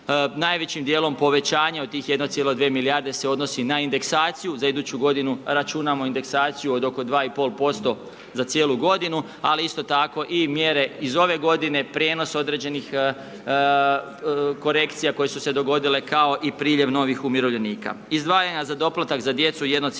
Najvećim dijelom povećanje od tih 1,2 milijarde se odnosi na indeksaciju, za iduću g. računima indeksaciju od oko 2,54% za cijelu g. ali isto tako i mjere iz ove g. prijenos određenih korekcija, koje su se dogodile kao i priljev novih umirovljenika. Izdavanja za doplatak za djecu 1,7 milijardi